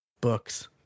books